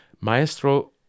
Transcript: Maestro